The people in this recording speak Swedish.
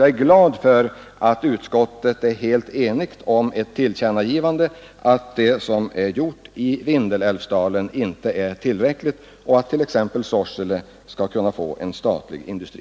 Jag är glad att utskottet är helt enigt om ett tillkännagivande av att det som gjorts i Vindelälvsdalen inte är tillräckligt och att Sorsele bör få en statlig industri.